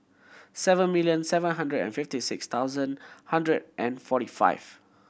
seven million seven hundred and fifty six thousand hundred and forty five